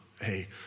hey